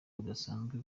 budasanzwe